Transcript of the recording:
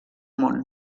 món